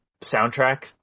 soundtrack